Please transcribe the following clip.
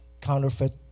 Counterfeit